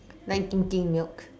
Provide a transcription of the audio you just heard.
like drinking milk